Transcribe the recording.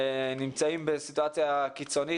נמצאים בסיטואציה קיצונית,